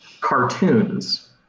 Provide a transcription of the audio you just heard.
Cartoons